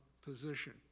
position